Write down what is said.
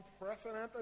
unprecedented